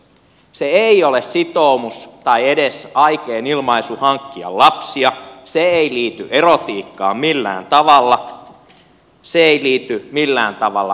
se ei ole sitoumus tai edes aikeen ilmaisu hankkia lapsia se ei liity erotiikkaan millään tavalla se ei liity millään tavalla seksuaaliseen suuntautumiseen